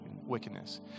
wickedness